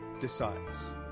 decides